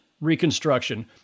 reconstruction